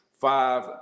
five